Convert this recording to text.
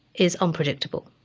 is unpredictable.